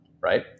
right